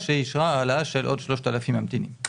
זה כמו יועצים חיצוניים שהמשרד מעסיק.